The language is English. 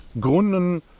Gründen